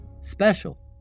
special